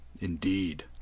Indeed